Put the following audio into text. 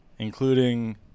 Including